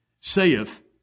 saith